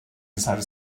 inside